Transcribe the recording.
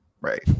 right